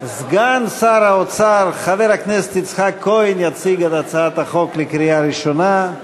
סגן שר האוצר חבר הכנסת יצחק כהן יציג את הצעת החוק לקריאה ראשונה.